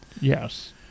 Yes